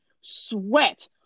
sweat